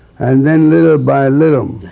and then, little by little,